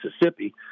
Mississippi